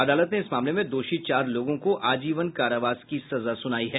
अदालत ने इस मामले में दोषी चार लोगों को आजीवन कारावास की सजा सुनायी है